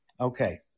Okay